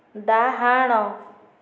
ଡାହାଣ